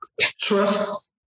Trust